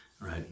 right